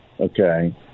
Okay